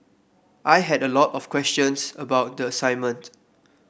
I had a lot of questions about the assignment